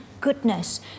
goodness